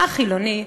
אח חילוני,